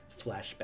flashback